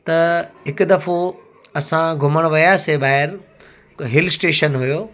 त हिकु दफ़ो असां घुमणु वियासीं ॿाहिरि हिल स्टेशन हुयो